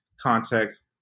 context